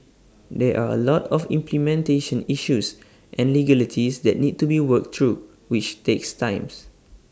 there are A lot of implementation issues and legalities that need to be worked through which takes times